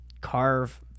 carve